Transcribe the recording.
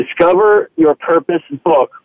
discoveryourpurposebook